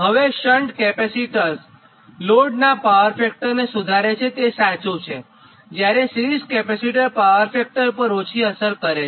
હવે shunt capacitors લોડના power ફેક્ટરને સુધારે છે તે સાચું છે જ્યારે સિરીઝ કેપેસિટર પાવર ફેક્ટર પર ઓછી અસર કરે છે